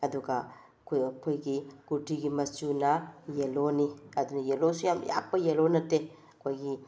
ꯑꯗꯨꯒ ꯑꯩꯈꯣꯏ ꯑꯩꯈꯣꯏꯒꯤ ꯀꯨꯔꯇꯤꯒꯤ ꯃꯆꯨꯅ ꯌꯦꯜꯂꯣꯅꯤ ꯑꯗꯨꯅ ꯌꯦꯜꯂꯣꯁꯦ ꯌꯥꯝ ꯌꯥꯛꯄ ꯌꯦꯜꯂꯣ ꯅꯠꯇꯦ ꯑꯩꯈꯣꯏꯒꯤ